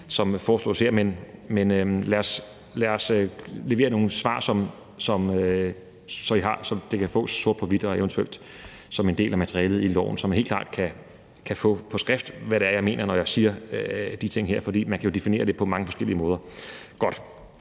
som foreslås her. Men lad os levere nogle svar, så vi får det sort på hvidt og eventuelt som en del af materialet i loven, så man helt klart kan få på skrift, hvad det er, jeg mener, når jeg siger de ting her, for man kan jo definere det på mange forskellige måder.